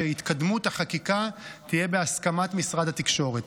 התקדמות החקיקה תהיה בהסכמת משרד התקשורת.